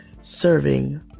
serving